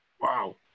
Wow